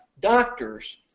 doctors